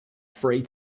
free